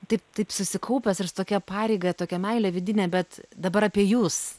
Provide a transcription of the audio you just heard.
taip taip susikaupęs ir su tokia pareiga tokia meile vidine bet dabar apie jus